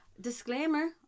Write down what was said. disclaimer